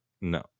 no